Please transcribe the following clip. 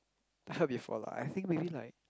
I heard before lah I think maybe like